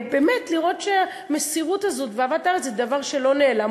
לראות שהמסירות הזו ואהבת הארץ זה דבר שלא נעלם,